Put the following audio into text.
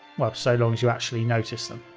so long as you actually notice them.